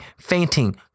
fainting